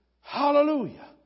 Hallelujah